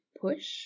push